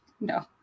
No